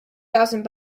thousand